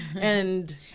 And-